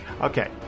Okay